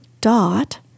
dot